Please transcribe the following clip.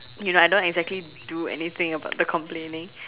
you know I don't exactly do anything about the complaining